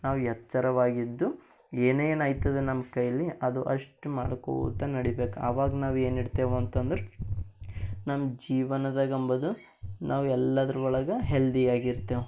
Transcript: ನಾವು ಎಚ್ಚರವಾಗಿದ್ದು ಏನೇನೈತದೆ ನಮ್ಮ ಕೈಯಲ್ಲಿ ಅದು ಅಷ್ಟು ಮಾಡಿಕೋತ ನಡಿಬೇಕು ಅವಾಗ ನಾವು ಏನಿಡ್ತೇವಂತಂದ್ರ ನಮ್ಮ ಜೀವನದಾಗಂಬೋದು ನಾವು ಎಲ್ಲದ್ರೊಳಗೆ ಹೆಲ್ದಿಯಾಗಿರ್ತೆವೆ